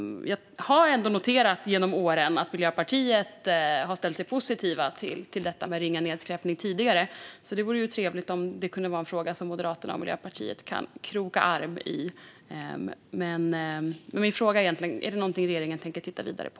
Jag har ändå genom åren noterat att Miljöpartiet har ställt sig positivt till frågan om ringa nedskräpning. Det vore trevligt om det kunde vara en fråga som Moderaterna och Miljöpartiet kan kroka arm i. Är det något som regeringen tänker titta vidare på?